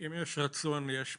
אם יש רצון, יש פתרון.